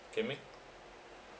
Kian Ming